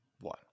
one